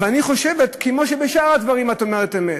אבל אני חושב שכמו שבשאר הדברים את אומרת אמת,